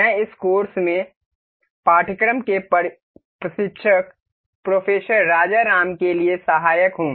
मैं इस कोर्स में पाठ्यक्रम के प्रशिक्षक प्रोफेसर राजाराम के लिए सहायक हूँ